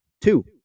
Two